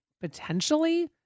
potentially